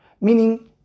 meaning